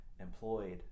employed